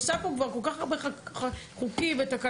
אני עושה פה כבר כל כך הרבה חוקים ותקנות,